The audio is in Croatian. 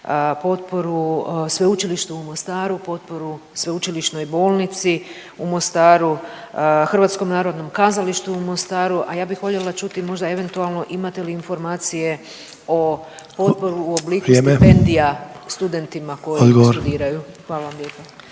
potporu Sveučilištu u Mostaru, potporu Sveučilišnoj bolnici u Mostaru, HNK u Mostaru, a ja bih voljela čuti možda eventualno imate li informacije o odboru…/Upadica: Vrijeme/… u obliku stipendija studentima koji studiraju? Hvala vam lijepa.